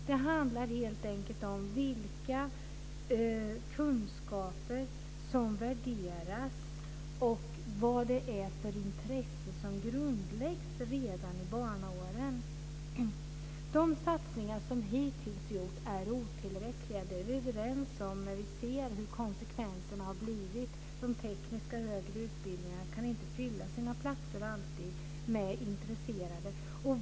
Det handlar helt enkel om vilka kunskaper som värderas högst och vilka intressen som grundläggs redan i barnaåren. De satsningar som hittills gjorts är otillräckliga. Det är vi överens om när vi ser vilka konsekvenserna har blivit. På de tekniska högre utbildningarna kan man inte alltid fylla platserna med intresserade.